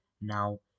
now